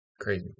Crazy